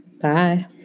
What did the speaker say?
Bye